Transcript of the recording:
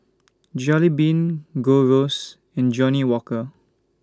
Jollibean Gold Roast and Johnnie Walker